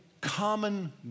common